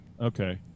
Okay